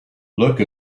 look